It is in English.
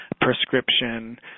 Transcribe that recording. prescription